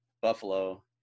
Buffalo